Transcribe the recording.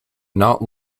not